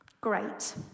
Great